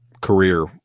career